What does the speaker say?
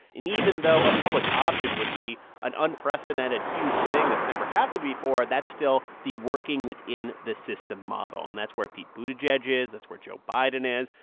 and even though a public option would be an unprecedented, huge thing that's never happened before, that's still the working within the system model, and that's where pete buttigieg is. that's where joe biden is.